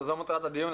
זו מטרת הדיון,